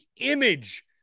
image